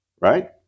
right